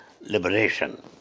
liberation